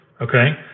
Okay